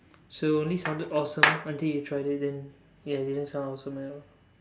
so only sounded awesome until you tried it and ya didn't sound awesome at all